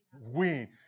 win